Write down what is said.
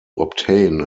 obtain